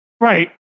Right